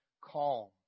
calm